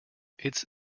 its